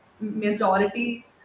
majority